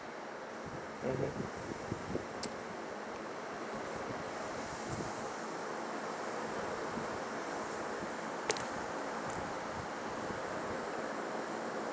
mmhmm